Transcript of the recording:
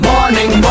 Morning